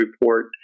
report